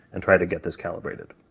and try to get this calibrated.